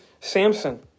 Samson